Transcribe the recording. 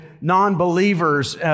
non-believers